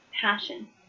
passion